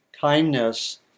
kindness